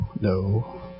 no